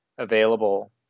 available